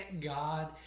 God